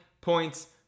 points